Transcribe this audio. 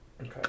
Okay